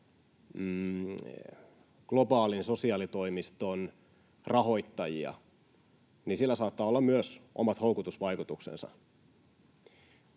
globaalin sosiaalitoimiston rahoittajia, saattaa olla myös omat houkutusvaikutuksensa.